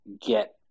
get